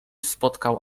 spotkał